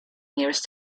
nearest